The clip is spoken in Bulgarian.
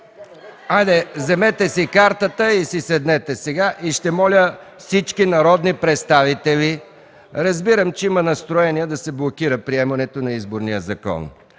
Хайде, вземете си картата и си седнете. Ще моля всички народни представители – разбирам, че има настроение да се блокира приемането на Изборния закон,